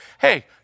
Hey